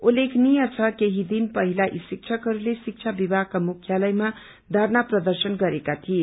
उल्लेखनीय छ केही दिन पहिला यी शिक्षकहरूले शिक्षा विभागका मुख्यालयमा धरना प्रर्दशन गरेका थिए